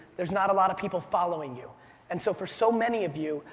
there's not a lot of people following you and so for so many of you,